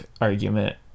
argument